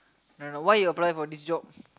don't know why you apply for this job